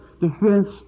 defense